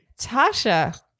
Tasha